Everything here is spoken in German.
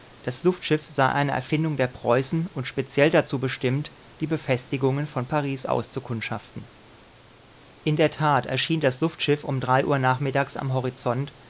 das luftschiff sei eine erfindung der preußen und speziell dazu bestimmt die befestigungen von paris auszukundschaften in der tat erschien das luftschiff um uhr nachmittags am horizont